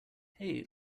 hey